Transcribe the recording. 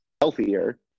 healthier